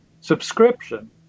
subscription